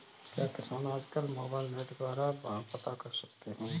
क्या किसान आज कल मोबाइल नेट के द्वारा भाव पता कर सकते हैं?